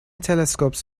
telescopes